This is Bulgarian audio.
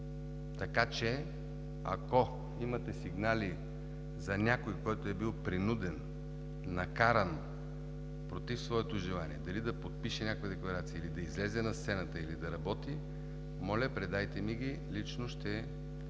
Така че ако имате сигнал за някой, който е бил принуден, накаран против своето желание дали да подпише някоя декларация, или да излезе на сцената, или да работи, моля, предайте ми ги, лично ще